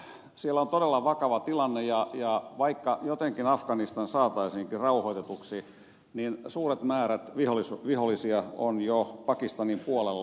eli siellä on todella vakava tilanne ja vaikka jotenkin afganistan saataisiinkin rauhoitetuksi niin suuret määrät vihollisia on jo pakistanin puolella